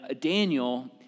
Daniel